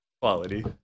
Quality